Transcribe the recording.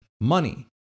money